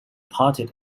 parted